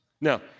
Now